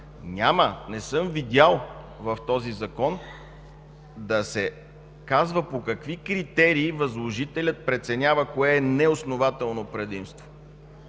Няма, не съм видял в този Закон да се казва по какви критерии възложителят преценява кое е неоснователно предимство.